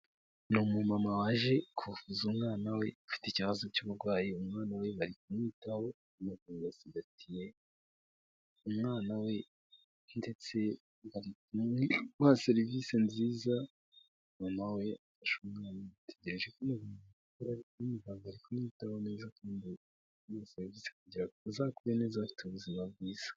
Ni umumama waje kuvuza umwana we ufite ikibazo cy'uburwayi. Umwana we bari kumwitaho bamusigatiye. Umwana we ndetse barikumuha serivisi nziza. Mama we afashe umwana ategereje ko umuganga akomeza kumwitaho neza amuha serivisi kugirango azakure neza afite ubuzima bwiza.